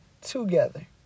together